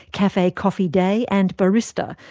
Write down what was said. cafe coffee day and barista,